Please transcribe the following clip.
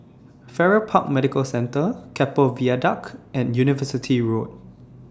Farrer Park Medical Centre Keppel Viaduct and University Road